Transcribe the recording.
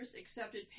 accepted